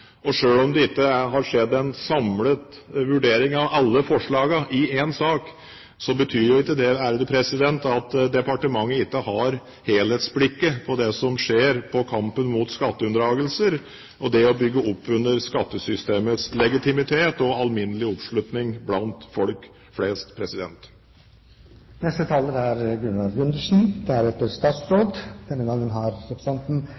om det ikke har skjedd en samlet vurdering av alle forslagene i én sak, betyr jo ikke det at departementet ikke har helhetsblikket på det som skjer i kampen mot skatteunndragelser, og det å bygge opp under skattesystemets legitimitet og alminnelige oppslutning blant folk flest. Jeg håper da inderlig at det er